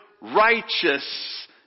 righteous